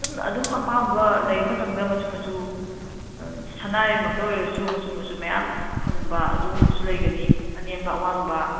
ꯑꯗꯨꯝ ꯑꯄꯥꯝꯕ ꯂꯩ ꯑꯃꯇꯪꯗ ꯃꯆꯨ ꯃꯆꯨ ꯁꯅꯥꯔꯩꯃꯛꯇ ꯑꯣꯏꯔꯁꯨ ꯃꯆꯨ ꯃꯆꯨ ꯃꯌꯥꯝ ꯐꯪꯕ ꯑꯗꯨꯒꯨꯝꯕꯁꯨ ꯂꯩꯒꯅꯤ ꯑꯅꯦꯝꯕ ꯑꯋꯥꯡꯕ